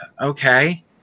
Okay